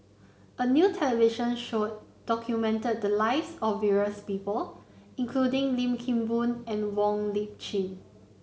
a new television show documented the lives of various people including Lim Kim Boon and Wong Lip Chin